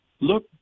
look